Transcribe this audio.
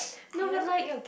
no that like